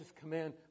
command